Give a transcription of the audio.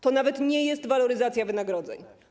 To nawet nie jest waloryzacja wynagrodzeń.